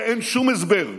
ואין שום הסבר,